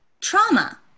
trauma